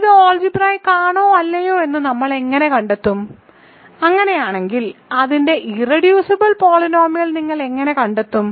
ഇത് ആൾജിബ്രായിക്ക് ആണോ അല്ലയോ എന്ന് നമ്മൾ എങ്ങനെ കണ്ടെത്തും അങ്ങനെയാണെങ്കിൽ അതിന്റെ ഇർറെഡ്യൂസിബിൾ പോളിനോമിയൽ നിങ്ങൾ എങ്ങനെ കണ്ടെത്തും